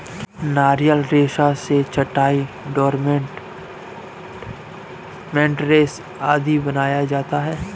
नारियल रेशा से चटाई, डोरमेट, मैटरेस आदि बनाया जाता है